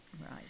Right